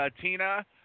Tina